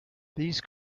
these